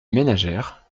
ménagères